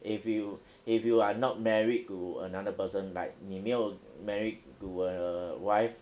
if you if you are not married to another person like 你没有 married to a wife